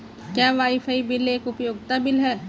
क्या wifi bill एक उपयोगिता बिल है?